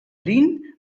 lyn